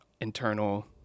internal